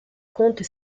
comte